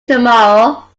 tomorrow